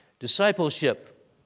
Discipleship